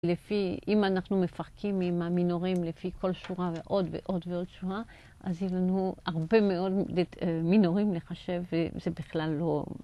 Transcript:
לפי, אם אנחנו מפרקים עם המינורים לפי כל שורה ועוד ועוד ועוד שורה, אז יהיו לנו הרבה מאוד מינורים לחשב, וזה בכלל לא...